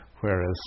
whereas